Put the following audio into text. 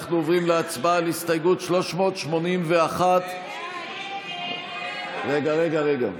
אנחנו עוברים להצבעה על הסתייגות 381. רגע, רגע.